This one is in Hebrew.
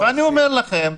ואני אומר לכם,